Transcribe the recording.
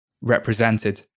represented